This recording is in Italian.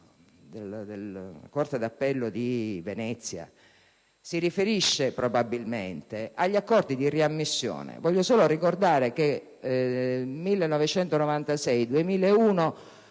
della corte d'appello di Venezia si riferisce, probabilmente, agli accordi di riammissione. Voglio solo ricordare che, nel periodo